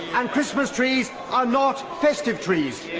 and christmas trees are not festive trees